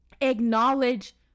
acknowledge